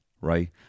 right